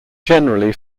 generally